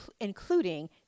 including